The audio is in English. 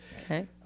Okay